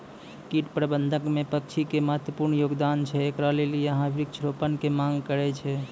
कीट प्रबंधन मे पक्षी के महत्वपूर्ण योगदान छैय, इकरे लेली यहाँ वृक्ष रोपण के मांग करेय छैय?